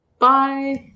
bye